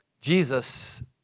Jesus